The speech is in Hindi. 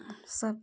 सब